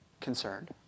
concerned